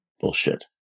bullshit